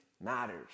matters